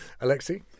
Alexei